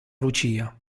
lucia